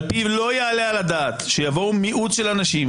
שעל פיו לא יעלה על הדעת שיבואו מיעוט של אנשים,